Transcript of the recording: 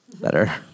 better